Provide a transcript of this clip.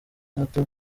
hato